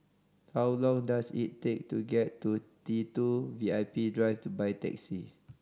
how long does it take to get to T Two V I P Drive by taxi